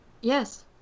yes